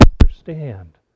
understand